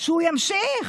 שהוא ימשיך,